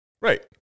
right